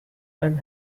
and